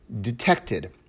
detected